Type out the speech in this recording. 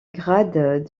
grade